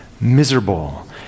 miserable